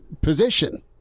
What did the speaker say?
position